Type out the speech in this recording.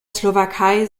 slowakei